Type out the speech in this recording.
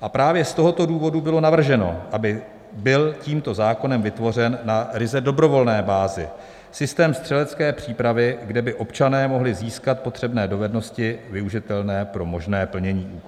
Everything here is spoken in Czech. A právě z tohoto důvodu bylo navrženo, aby byl tímto zákonem vytvořen na ryze dobrovolné bázi systém střelecké přípravy, kde by občané mohli získat potřebné dovednosti využitelné pro možné plnění